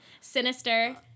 Sinister